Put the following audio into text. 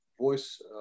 voice